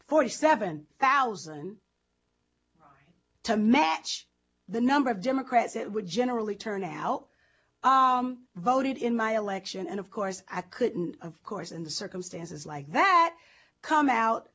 forty seven thousand to match the number of democrats it would generally turn out voted in my election and of course i couldn't of course in the circumstances like that come out